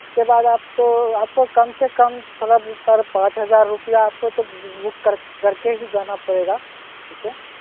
उसके बाद आप तो आपको कम से कम थोड़ा दूर सर पाँच हज़ार रुपैया आपको तो बुक कर करके ही जाना पड़ेगा ऐसे